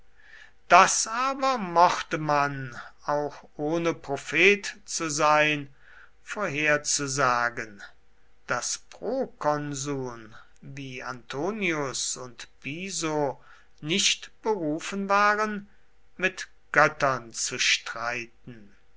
das aber mochte man auch ohne prophet zu sein vorherzusagen daß prokonsuln wie antonius und piso nicht berufen waren mit göttern zu streiten